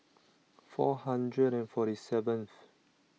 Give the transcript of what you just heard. four hundred and forty seventh